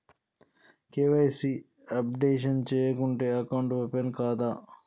KYC updation చేయకుంటే account open కాదా?